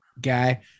guy